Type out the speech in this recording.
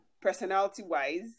personality-wise